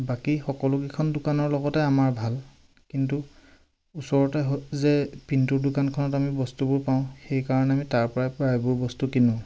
বাকী সকলো কেইখন দোকানৰ লগতে আমাৰ ভাল কিন্তু ওচৰতে যে পিণ্টুৰ দোকানখনত আমি বস্তুবোৰ পাওঁ সেইকাৰণে আমি তাৰ পৰাই প্ৰায়বোৰ বস্তু কিনো